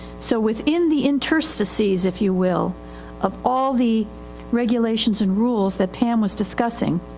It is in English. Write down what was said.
so within the interstices if you will of all the regulations and rules that pam was discussing,